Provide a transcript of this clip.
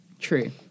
true